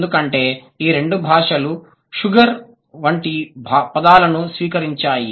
ఎందుకంటే ఈ రెండు భాషలు షుగర్ వంటి పదాలను స్వీకరించాయి